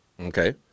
Okay